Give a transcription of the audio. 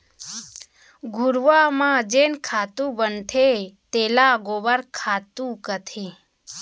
घुरूवा म जेन खातू बनथे तेला गोबर खातू कथें